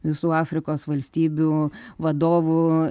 visų afrikos valstybių vadovų